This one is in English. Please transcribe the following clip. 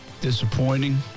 Disappointing